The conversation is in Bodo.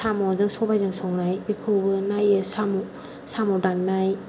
साम'जों सबायजों संनाय बेखौबो नायो साम' दाननाय